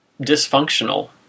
dysfunctional